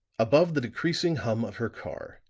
above the decreasing hum of her car,